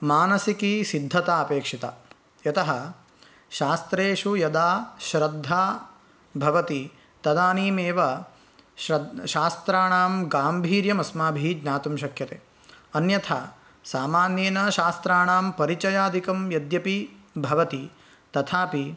मानसिकी सिद्धता अपेक्षिता यतः शास्त्रेषु यदा श्रद्धा भवति तदानीमेव श्रद् शास्त्राणां गाम्भीर्यम् अस्माभिः ज्ञातुं शक्यते अन्यथा सामान्येन शास्त्राणां परिचयादिकं यद्यपि भवति तथापि